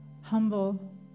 humble